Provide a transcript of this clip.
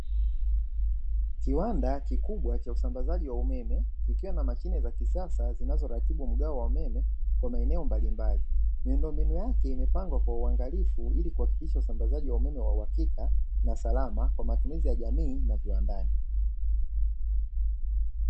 Kiwanda kikubwa cha usambazaji wa umeme, KIkiwa na mashine za kisasa zinazoratibu mgao wa umeme kwa maeneo mbalimbali. Ambao umeme wake umepangwa kwa uangalifu ili kuhakikisha usambazaji wa umeme wa uhakika na salama, kwa matumizi ya jamii na viwandani.